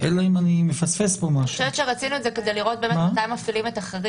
זה כדי לראות מתי מפעילים את החריג.